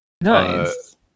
Nice